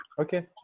Okay